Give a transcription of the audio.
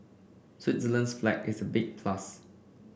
Switzerland's flag is a big plus